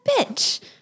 bitch